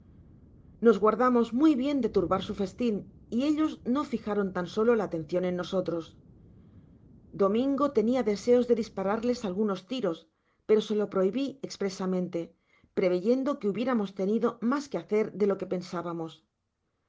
nos guardamos muy bien de turbar su festin y ellos no fijaron tan solo la atencion en nosotros domingo tenia deseos de dispararles algunos tiros pero se lo prohibi espresamente preveyendo que hubiéramos tenido mas que hacer de lo que pensábamos